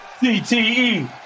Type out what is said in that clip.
CTE